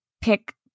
pick